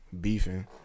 beefing